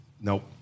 Nope